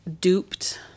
duped